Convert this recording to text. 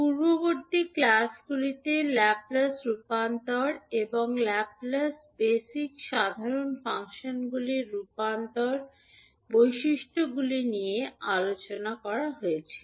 পূর্ববর্তী ক্লাসগুলিতে ল্যাপলেস রূপান্তর এবং ল্যাপলেস বেসিক সাধারণ ফাংশনগুলির রূপান্তর বৈশিষ্ট্যগুলি নিয়ে আলোচনা করা হয়েছিল